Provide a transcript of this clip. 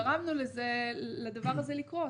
גרמנו לדבר הזה לקרות.